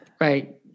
Right